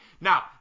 Now